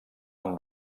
amb